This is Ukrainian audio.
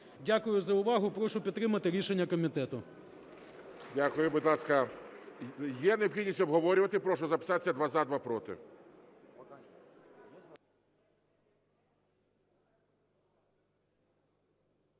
Дякую за увагу. Прошу підтримати рішення комітету. ГОЛОВУЮЧИЙ. Дякую. Будь ласка, є необхідність обговорювати? Прошу записатися: два – за, два – проти.